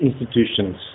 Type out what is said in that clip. institutions